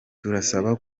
turasaba